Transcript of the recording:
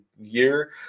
year